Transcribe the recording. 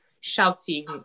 shouting